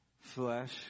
Flesh